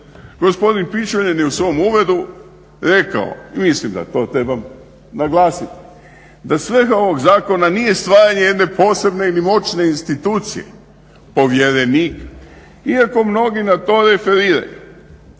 Gospodin Pičuljan je u svom uvodu rekao i mislim da to treba naglasiti, da svrha ovog zakona nije stvaranje jedne posebne ili moćne institucije povjerenika iako mnogi na to referiraju,